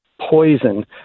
poison